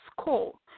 school